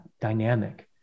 dynamic